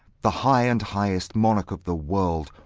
the high and highest monarch of the world,